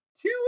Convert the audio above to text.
two